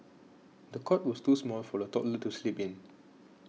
the cot was too small for the toddler to sleep in